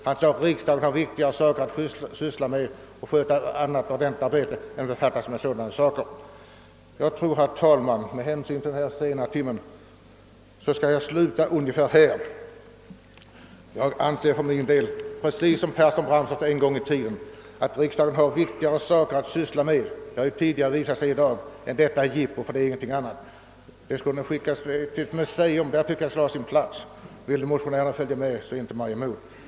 Han sade att riksdagen har viktigare arbete att sköta än att befatta sig med sådana saker som ordensväsendet. Herr talman! Med hänsyn till den sena tidpunkten skall jag nu sluta mitt anförande. Jag anser, precis som Pehrsson-Bramstorp en gång i tiden, att riksdagen har viktigare saker att syssla med — det har visat sig tidigare i dag — än detta jippo, som borde skickas till ett museum där det enligt min mening mest hör hemma. Och vill motionärerna följa med så inte mig emot!